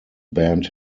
band